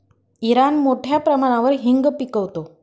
Iran मोठ्या प्रमाणावर हिंग पिकवतो